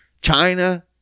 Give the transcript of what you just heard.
China